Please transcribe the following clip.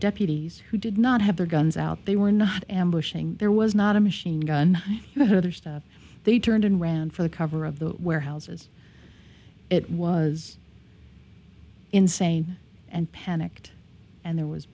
deputies who did not have their guns out they were not ambushing there was not a machine gun they turned and ran for the cover of the warehouses it was insane and panicked and there was